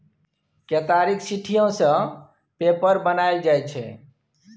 केतारीक सिट्ठीयो सँ पेपर बनाएल जाइ छै